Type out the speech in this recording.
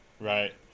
Right